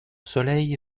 soleil